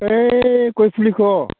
ओइ गय फुलिखौ